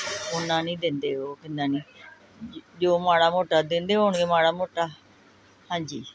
ਓਨਾ ਨਹੀਂ ਦਿੰਦੇ ਉਹ ਕਿੰਨਾ ਨਹੀਂ ਜੋ ਜੋ ਮਾੜਾ ਮੋਟਾ ਦਿੰਦੇ ਹੋਣਗੇ ਮਾੜਾ ਮੋਟਾ ਹਾਂਜੀ